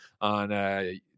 on